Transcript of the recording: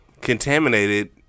contaminated